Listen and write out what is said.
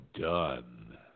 done